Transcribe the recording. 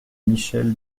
michèle